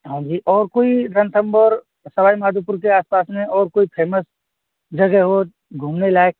हाँ जी और कोई रणथंभौर सवाई माधोपुर के आसपास में और कोई फेमस जगह हो घूमने लायक